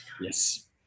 Yes